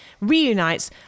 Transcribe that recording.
reunites